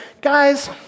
Guys